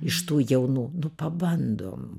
iš tų jaunų nu pabandom